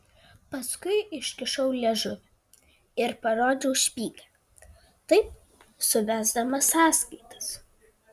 paskui iškišau liežuvį ir parodžiau špygą taip suvesdamas sąskaitas